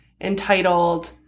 entitled